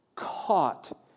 caught